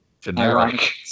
generic